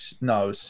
no